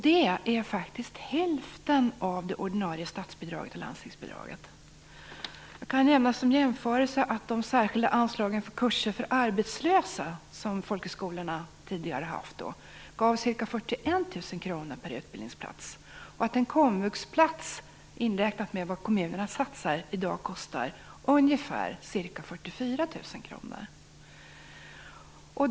Det är faktiskt hälften av det ordinarie stats och landstingsbidraget. Jag kan som jämförelse nämna att de särskilda anslagen till kurser för arbetslösa, som folkhögskolorna tidigare har haft, gav ca 41 000 kr per utbildningsplats och att en komvuxplats, inklusive det kommunerna satsar, i dag kostar ca 44 000 kr.